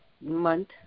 month